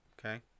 Okay